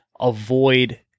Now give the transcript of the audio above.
avoid